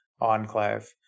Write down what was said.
enclave